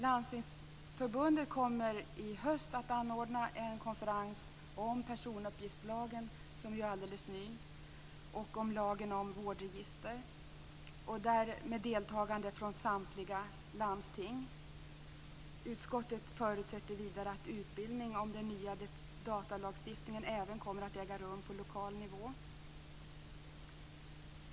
Landstingsförbundet kommer i höst att anordna en konferens om personuppgiftslagen, som ju är alldeles ny, och om lagen om vårdregister. Samtliga landsting skall delta. Utskottet förutsätter också att utbildning om den nya datalagstiftningen även kommer att äga rum på lokal nivå.